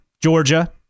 Georgia